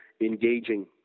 engaging